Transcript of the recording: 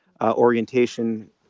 orientation